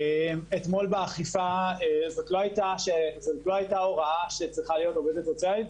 אתמול באכיפה זו לא הייתה הוראה שצריכה להיות עובדת סוציאלית,